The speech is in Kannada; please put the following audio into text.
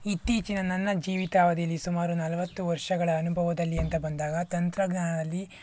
ಇತ್ತೀಚಿನ ನನ್ನ ಜೀವಿತಾವಧಿಯಲ್ಲಿ ಸುಮಾರು ನಲವತ್ತು ವರ್ಷಗಳ ಅನುಭವದಲ್ಲಿ ಅಂತ ಬಂದಾಗ ತಂತ್ರಜ್ಞಾನದಲ್ಲಿ